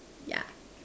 yeah